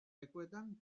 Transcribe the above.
lekuetan